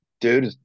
Dude